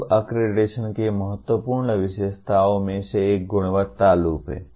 अब अक्रेडिटेशन की महत्वपूर्ण विशेषताओं में से एक गुणवत्ता लूप है